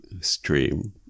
stream